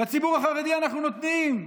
לציבור החרדי אנחנו נותנים.